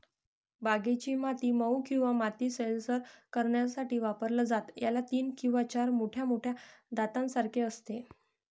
बागेची माती मऊ किंवा माती सैलसर करण्यासाठी वापरलं जातं, याला तीन किंवा चार मोठ्या मोठ्या दातांसारखे असते